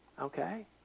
okay